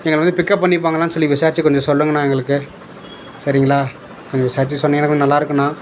எங்களை வந்து பிக்கப் பண்ணிப்பாங்களான்னு சொல்லி விசாரித்து கொஞ்சம் சொல்லுங்கணா எங்களுக்கு சரிங்களா கொஞ்சம் விசாரித்து சொன்னிங்கனால் கொஞ்சம் நல்லாயிருக்குணா